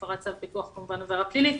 הפרת צו פיקוח כמובן זו עבירה פלילית.